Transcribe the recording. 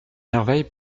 merveille